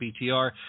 BTR